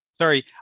Sorry